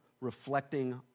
reflecting